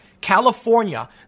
California